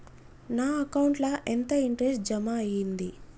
నా అకౌంట్ ల ఎంత ఇంట్రెస్ట్ జమ అయ్యింది?